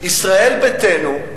ישראל ביתנו,